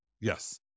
Yes